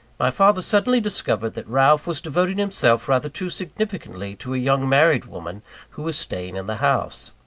my father suddenly discovered that ralph was devoting himself rather too significantly to a young married woman who was staying in the house.